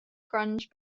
grunge